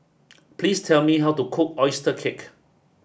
please tell me how to cook Oyster Cake